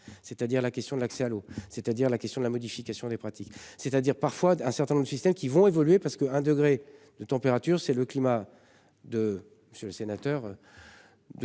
c'est-à-dire la question de l'accès à l'eau, c'est-à-dire la question de la modification des pratiques, c'est-à-dire parfois d'un certain nombre de systèmes qui vont évoluer parce que un degrés de température c'est le climat de monsieur le sénateur.